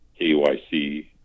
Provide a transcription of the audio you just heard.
kyc